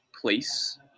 place